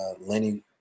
Lenny